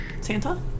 Santa